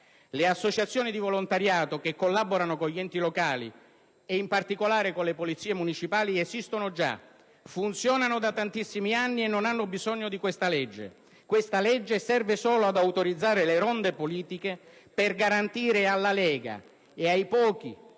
Le associazioni di volontariato che collaborano con gli enti locali e in particolare con le polizie municipali esistono già, funzionano da tantissimi anni e non hanno bisogno di questa legge. Questa legge serve solo ad autorizzare le ronde politiche per garantire alla Lega e ai pochi,